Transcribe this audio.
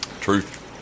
Truth